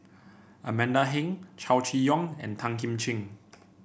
Amanda Heng Chow Chee Yong and Tan Kim Ching